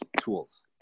tools